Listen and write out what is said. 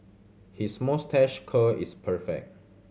his moustache curl is perfect